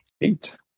Eight